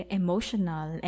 emotional